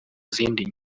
zindi